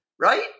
right